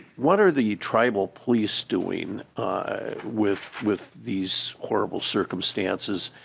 what are the tribal police doing with with these horrible circumstances?